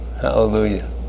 Hallelujah